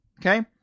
Okay